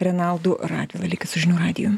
renaldu radvila likite su žinių radiju